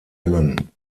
alan